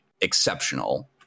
exceptional